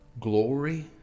glory